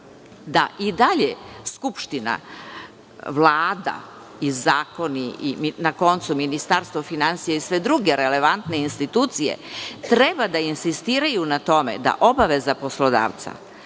da i dalje Skupština, Vlada i zakoni, Ministarstvo finansija i sve druge relevantne institucije treba da insistiraju na tome da obaveze poslodavca